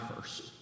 first